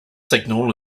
signal